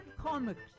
comics